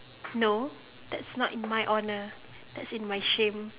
no that's not in my honour that's in my shame